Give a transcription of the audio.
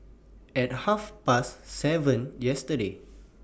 At Half Past seven yesterday